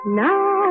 now